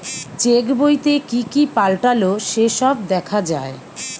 check বইতে কি কি পাল্টালো সে সব দেখা যায়